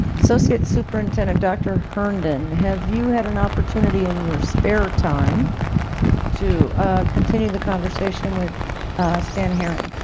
associate superintendent dr. herndon have you had an opportunity in your spare time to continue the conversation with stan herring?